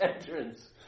entrance